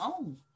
own